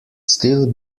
still